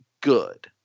good